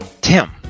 Tim